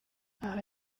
aha